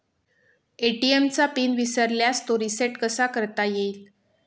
ATM चा PIN विसरल्यास तो रिसेट कसा करता येईल?